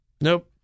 Nope